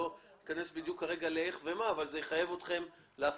לא אכנס עכשיו בדיוק איך ומה אבל זה יחייב אתכם להפרדה.